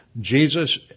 Jesus